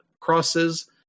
crosses